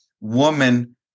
woman